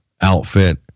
outfit